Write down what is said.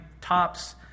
tops